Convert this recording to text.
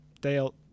Dale